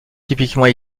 typiquement